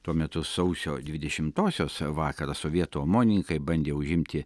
tuo metu sausio dvidešimtosios vakarą sovietų omonininkai bandė užimti